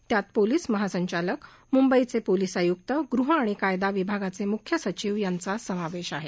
त्यात पोलीस महासंचालक मुंबईचे पोलीस आय्क्त गृह आणि कायदा विभागाचे मुख्य सचिव यांचा समावेश आहे